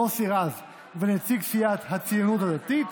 מוסי רז ונציג סיעת הציונות הדתית,